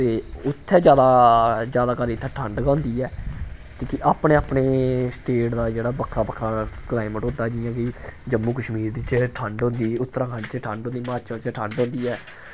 एह् उत्थै जैदा जैदातर इत्थै ठंड गै होंदी ऐ ते अपने अपने स्टेट दा जेह्डा बक्खरा बक्खरा कलाइमेट होंदा जि'यां कि जम्मू कश्मीर च ठंड होंदी उत्तराखंड च ठंड होंदी हिमाचल च ठंड होंदी ऐ